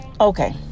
Okay